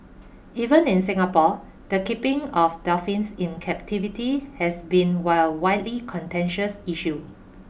even in Singapore the keeping of dolphins in captivity has been well widely contentious issue